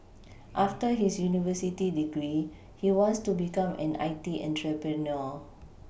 after his university degree he wants to become an I T entrepreneur